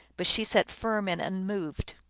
but she sat firm and unmoved.